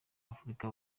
afurika